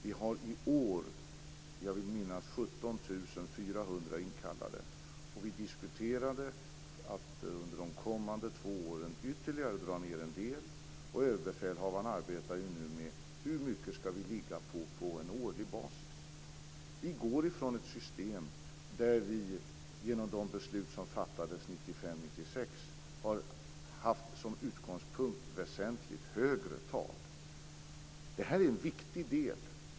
Vi har i år 17 400 inkallade. Vi diskuterade att under de kommande två åren ytterligare dra ned en del. Överbefälhavaren arbetar nu med frågan om vilken nivå det skall vara på en årlig basis. Vi går från ett system där de beslut som fattades 1995/96 hade som utgångspunkt väsentligt högre tal.